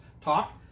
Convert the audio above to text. talk